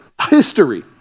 history